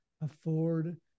afford